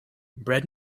bread